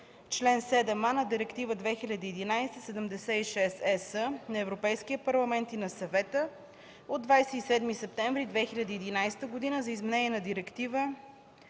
чл. 7а на Директива 2011/76/ЕС на Европейския парламент и на Съвета от 27 септември 2011 г. за изменение на Директива